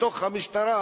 מתוך המשטרה,